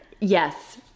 Yes